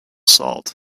salt